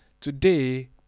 today